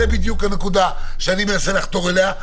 זאת בדיוק הנקודה שאני מנסה לחתור אליה,